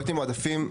פרויקטים מועדפים,